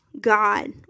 God